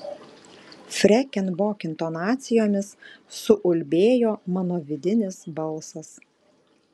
freken bok intonacijomis suulbėjo mano vidinis balsas